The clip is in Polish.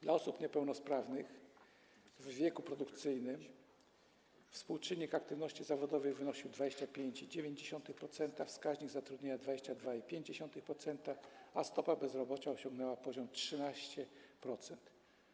Dla osób niepełnosprawnych w wieku produkcyjnym współczynnik aktywności zawodowej wynosił 25,9%, wskaźnik zatrudnienia - 22,5%, a stopa bezrobocia osiągnęła poziom 13%.